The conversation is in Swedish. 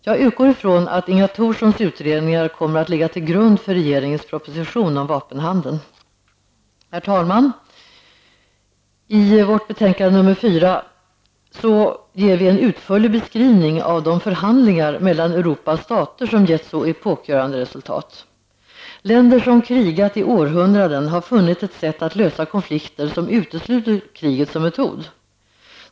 Jag utgår från att Inga Thorssons utredningar kommer att ligga till grund för regeringens proposition om vapenhandel. Herr talman! I utrikesutskottets betänkande 4 ger vi en utförlig beskrivning av de förhandlingar mellan Europas stater som gett så epokgörande resultat. Länder som krigat i århundraden har funnit ett sätt att lösa konflikter som utesluter kriget som metod.